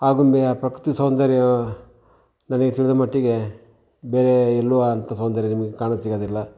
ಆಗುಂಬೆಯ ಪ್ರಕೃತಿ ಸೌಂದರ್ಯ ನನಗೆ ತಿಳಿದ ಮಟ್ಟಿಗೆ ಬೇರೆ ಎಲ್ಲೂ ಅಂತ ಸೌಂದರ್ಯ ನಿಮಗೆ ಕಾಣ ಸಿಗೋದಿಲ್ಲ